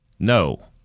no